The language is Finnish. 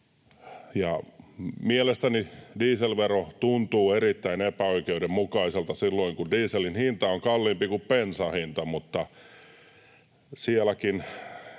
Mielestäni dieselvero tuntuu erittäin epäoikeudenmukaiselta silloin, kun dieselin hinta on kalliimpi kuin bensan hinta. Viime kaudella